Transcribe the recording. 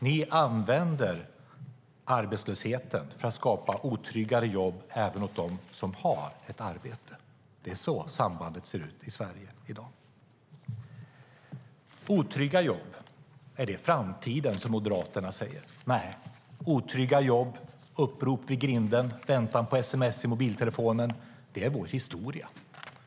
Ni använder arbetslösheten för att skapa otryggare jobb även åt dem som har ett arbete. Det är så sambandet ser ut i Sverige i dag. Är otrygga jobb framtiden, som Moderaterna säger? Nej, otrygga jobb, upprop vid grinden, väntan på sms i mobiltelefonen - det är vår historia.